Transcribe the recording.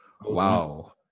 Wow